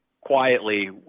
quietly